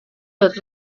los